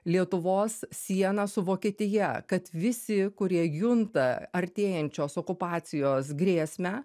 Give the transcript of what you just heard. lietuvos sieną su vokietija kad visi kurie junta artėjančios okupacijos grėsmę